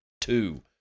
Two